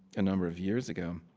a number of years ago.